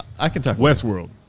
Westworld